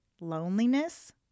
loneliness